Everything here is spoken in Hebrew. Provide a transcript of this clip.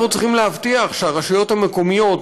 אנחנו צריכים להבטיח שהרשויות המקומיות,